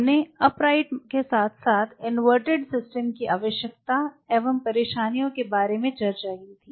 हमने अपराइट के साथ साथ इनवर्टेड सिस्टम की आवश्यकता एवं परेशानियों क बारे में चर्चा की थी